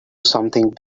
something